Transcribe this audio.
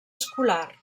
escolar